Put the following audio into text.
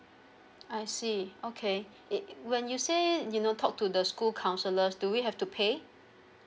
I see okay eh when you say you know talk to the school counsellors do we have to pay